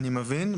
אני מבין.